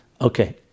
Okay